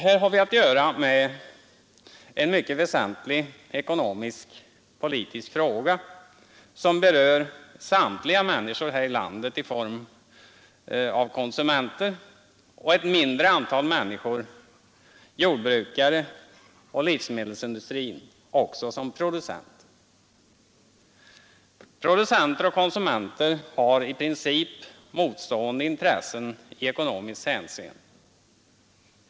Här har vi att göra med en mycket väsentlig ekonomisk-politisk fråga som berör samtliga människor här i landet i egenskap av konsumenter och ett mindre antal människor — jordbrukare och representanter för livsmedelsindustrin — också som producenter. Producenter och konsumenter har i princip motstående intressen i ekonomiskt hänseende.